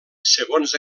segons